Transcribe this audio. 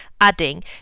adding